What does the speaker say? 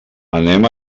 anem